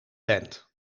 band